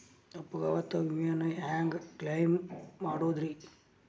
ಅಪಘಾತ ವಿಮೆನ ಹ್ಯಾಂಗ್ ಕ್ಲೈಂ ಮಾಡೋದ್ರಿ?